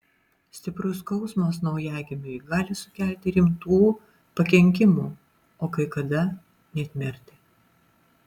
stiprus skausmas naujagimiui gali sukelti rimtų pakenkimų o kai kada net mirtį